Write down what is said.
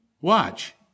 Watch